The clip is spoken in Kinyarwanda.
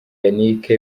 yannick